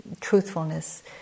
truthfulness